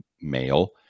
male